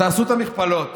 ותעשו את המכפלות: